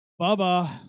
Bubba